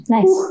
Nice